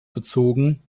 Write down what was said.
bezogen